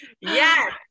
Yes